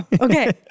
Okay